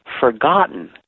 forgotten